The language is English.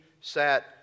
sat